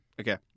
Okay